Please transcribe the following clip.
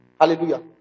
Hallelujah